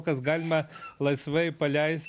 kas galima laisvai paleisti